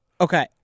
Okay